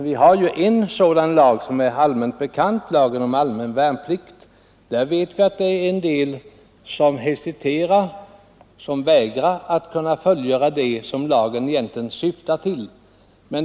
Vi har ju en sådan lag som är allmänt bekant, lagen om allmän värnplikt, och vi vet att en del hesiterar inför eller vägrar att fullgöra den plikt som lagen egentligen ålägger dem.